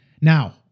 Now